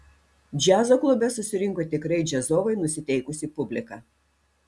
džiazo klube susirinko tikrai džiazovai nusiteikusi publika